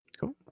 Cool